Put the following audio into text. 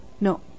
No